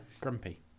grumpy